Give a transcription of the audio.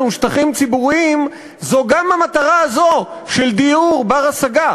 שטחים ציבוריים היא גם המטרה הזאת של דיור בר-השגה.